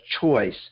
choice